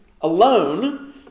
alone